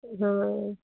ਹਾਂ